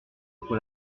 pour